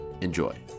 Enjoy